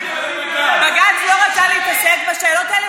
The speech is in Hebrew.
בג"ץ לא רצה להתעסק בשאלות האלה,